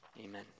Amen